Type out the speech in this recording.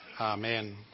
Amen